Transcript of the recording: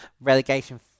relegation